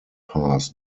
pass